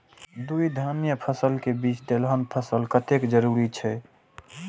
दू धान्य फसल के बीच तेलहन फसल कतेक जरूरी छे?